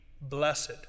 blessed